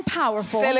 powerful